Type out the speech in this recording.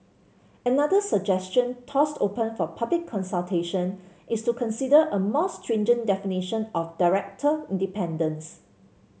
another suggestion tossed open for public consultation is to consider a more stringent definition of director independence